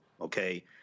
okay